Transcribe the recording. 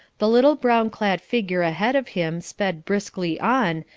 the little brown-clad figure ahead of him sped briskly on,